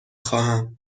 خواهم